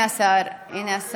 הינה, הינה.